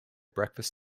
breakfast